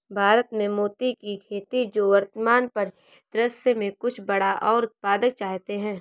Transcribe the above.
भारत में मोती की खेती जो वर्तमान परिदृश्य में कुछ बड़ा और उत्पादक चाहते हैं